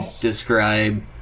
describe